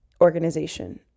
organization